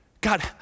God